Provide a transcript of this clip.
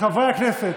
חברי הכנסת.